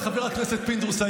חבר הכנסת פינדרוס,